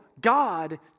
God